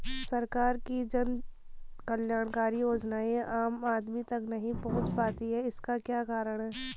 सरकार की जन कल्याणकारी योजनाएँ आम आदमी तक नहीं पहुंच पाती हैं इसका क्या कारण है?